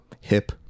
hip